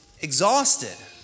exhausted